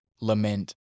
lament